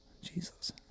Jesus